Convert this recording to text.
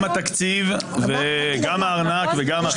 גם התקציב וגם הארנק וגם החרב,